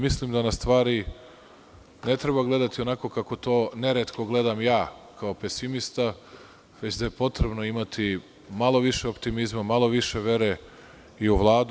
Mislim da na stvari ne treba gledati onako kako to neretko gledam ja kao pesimista, već da je potrebno imati malo više optimizma, malo više vere i u Vladu.